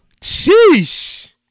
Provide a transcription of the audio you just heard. Sheesh